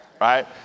right